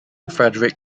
frederick